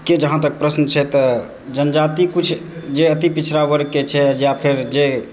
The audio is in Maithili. के जहाँ तक प्रश्न छै तऽ जनजाति कुछ जे अति पिछड़ा वर्गके छै या फेर जे